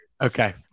Okay